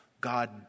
God